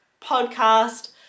Podcast